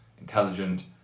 intelligent